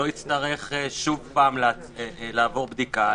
אנחנו רוצים שלא יצטרך שוב לעבור בדיקה,